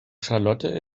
charlotte